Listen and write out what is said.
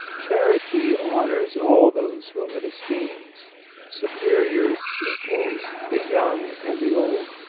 charity honours all those whom it esteems superiors, equals, the young and the old.